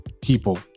people